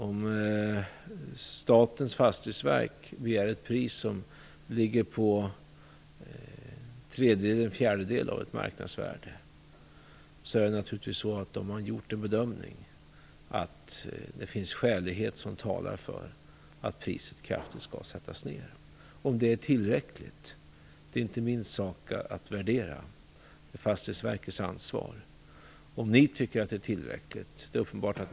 Om Statens Fastighetsverk begär ett pris som är en fjärdedel av ett marknadsvärde innebär det att man har gjort en bedömning som ger skäl att kraftigt sätta ned priset. Det är inte min sak att värdera om det är tillräckligt. Det är Fastighetsverkets ansvar. Det är uppenbart att ni inte tycker att det är tillräckligt.